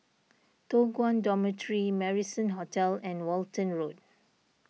Toh Guan Dormitory Marrison Hotel and Walton Road